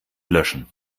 löschen